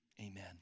Amen